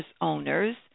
owners